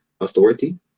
authority